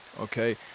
okay